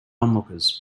onlookers